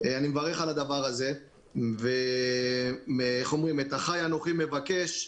אני מברך על הדבר הזה, ואת אחיי אנוכי מבקש.